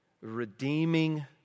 redeeming